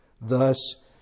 Thus